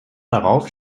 darauf